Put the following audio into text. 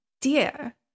dear